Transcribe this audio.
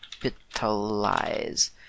capitalize